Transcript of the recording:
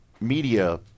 media